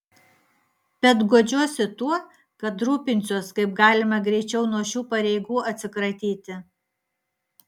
bet guodžiuosi tuo kad rūpinsiuosi kaip galima greičiau nuo šių pareigų atsikratyti